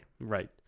Right